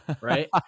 right